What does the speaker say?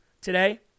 Today